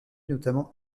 notamment